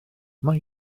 mae